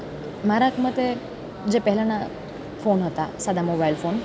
મારા મતે જે પહેલાંના ફોન હતા સાદા મોબાઈલ ફોન